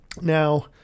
Now